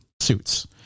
suits